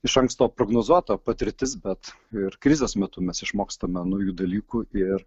iš anksto prognozuotą patirtis bet ir krizės metu mes išmokstame naujų dalykų ir